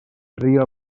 río